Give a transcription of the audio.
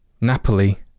Napoli